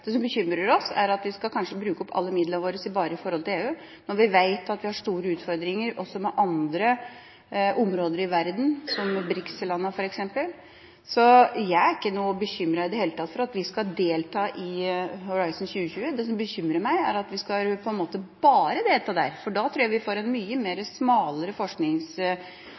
Det som bekymrer oss, er at vi kanskje skal bruke alle midlene våre bare i EU, når vi vet at vi har store utfordringer også med hensyn til andre områder i verden, BRICS-landene f.eks. Så jeg er ikke noe bekymret i det hele tatt for at vi skal delta i Horizon 2020. Det som bekymrer meg, er at vi bare skal delta der, for da tror jeg vi får en mye smalere